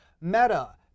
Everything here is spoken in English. Meta